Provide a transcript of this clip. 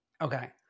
okay